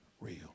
real